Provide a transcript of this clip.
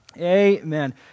Amen